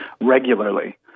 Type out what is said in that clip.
regularly